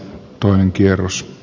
arvoisa puhemies